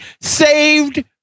saved